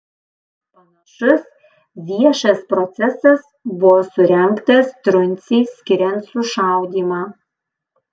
panašus viešas procesas buvo surengtas truncei skiriant sušaudymą